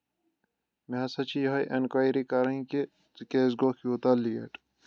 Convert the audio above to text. مےٚ ہسا چھِ یِہوے اینکویری کَرٕنۍ کہِ ژٕ کیازِ گوٚو یوٗتاہ لیٹ